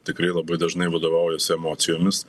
tikrai labai dažnai vadovaujasi emocijomis